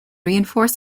reinforced